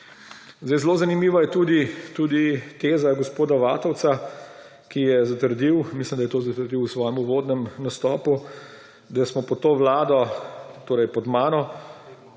Zelo zanimiva je tudi teza gospoda Vatovca, ki je zatrdil, mislim, da je to zatrdil v svojem uvodnem nastopu, da so pod to vlado, torej pod mano,